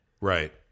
Right